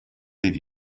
leave